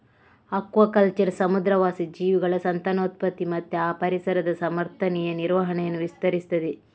aquaculture ಸಮುದ್ರವಾಸಿ ಜೀವಿಗಳ ಸಂತಾನೋತ್ಪತ್ತಿ ಮತ್ತೆ ಆ ಪರಿಸರದ ಸಮರ್ಥನೀಯ ನಿರ್ವಹಣೆಯನ್ನ ವಿವರಿಸ್ತದೆ